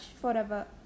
forever